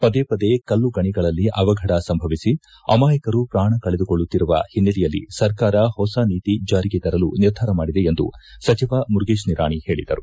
ಪದೇ ಪದೇ ಕಲ್ಲುಗಣಿಗಳಲ್ಲಿ ಅವಘಡ ಸಂಭವಿಸಿ ಅಮಾಯಕರ ಪ್ರಾಣ ಕಳೆದುಕೊಳ್ಳುತ್ತಿರುವ ಹಿನ್ನೆಲೆಯಲ್ಲಿ ಸರ್ಕಾರ ಹೊಸ ನೀತಿ ಜಾರಿಗೆ ತರಲು ನಿರ್ಧಾರ ಮಾಡಿದೆ ಎಂದು ಸಚಿವ ಮುರುಗೇಶ್ ನಿರಾಣಿ ಹೇಳಿದರು